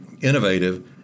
innovative